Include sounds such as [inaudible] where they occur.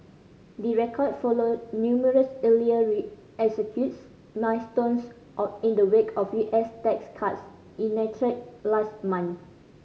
the record follow numerous earlier [unintelligible] milestones or in the wake of U S tax cuts enacted last month